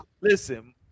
Listen